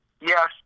Yes